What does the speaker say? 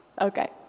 Okay